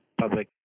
public